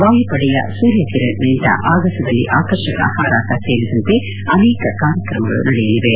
ವಾಯುಪಡೆಯ ಸೂರ್ಯ ಕಿರಣ್ ಅವರಿಂದ ಆಗಸದಲ್ಲಿ ಆಕರ್ಷಕ ಪಾರಾಟ ಸೇರಿದಂತೆ ಅನೇಕ ಕಾರ್ಯಕ್ರಮಗಳು ನಡೆಯಲಿವೆ